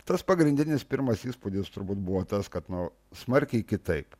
tas pagrindinis pirmas įspūdis turbūt buvo tas kad nu smarkiai kitaip